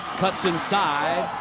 cuts inside.